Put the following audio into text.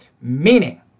Meaning